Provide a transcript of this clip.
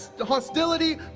hostility